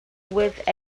with